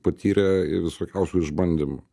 patyrė i visokiausių išbandymų